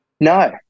No